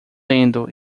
lendo